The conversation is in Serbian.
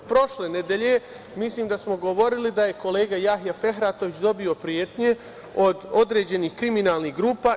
Prošle nedelje smo govorili da je kolega Jahja Fehratović dobio pretnje od određenih kriminalnih grupa.